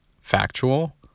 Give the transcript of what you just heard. factual